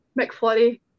McFlurry